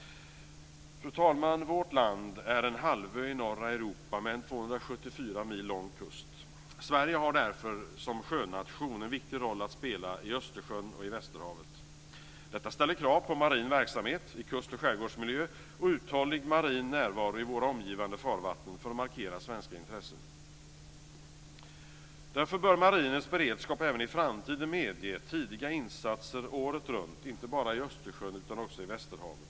Fru talman! Vårt land är en halvö i norra Europa med en 274 mil lång kust. Sverige har därför som sjönation en viktig roll att spela i Östersjön och i västerhavet. Detta ställer krav på marin verksamhet i kust och skärgårdsmiljö och på uthållig marin närvaro i våra omgivande farvatten för att markera svenska intressen. Därför bör marinens beredskap även i framtiden medge tidiga insatser året runt inte bara i Östersjön utan också i västerhavet.